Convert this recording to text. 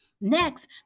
Next